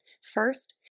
First